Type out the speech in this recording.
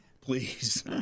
please